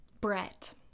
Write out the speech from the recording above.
brett